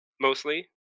mostly